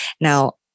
Now